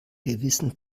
gewissen